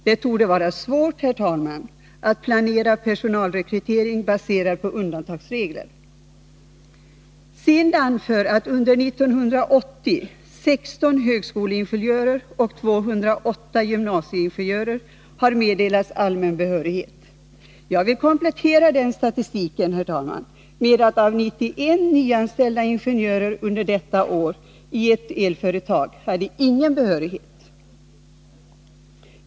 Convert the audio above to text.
Det torde vara svårt, herr talman, att planera personalrekrytering baserat på undantagsregler. SIND anför att under 1980 16 högskoleingenjörer och 208 gymnasieingenjörer har meddelats allmän behörighet. Jag vill komplettera statistiken, herr talman, med att 91 nyanställda ingenjörer under detta år, i ett elföretag, hade ingen behörighet.